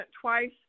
twice